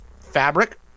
fabric